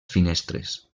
finestres